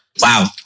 Wow